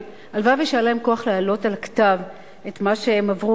הלוואי שהיה להם כוח להעלות על הכתב את מה שהם עברו,